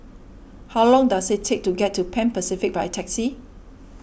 how long does it take to get to Pan Pacific by taxi